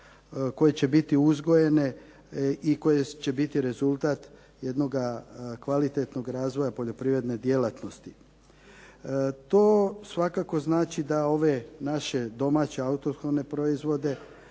koje će biti uzgojene i koje će biti rezultat jednoga kvalitetnog razvoja poljoprivredne djelatnosti. To svakako znači da ove naše domaće autohtone proizvode